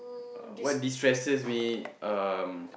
uh what destresses me um